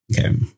okay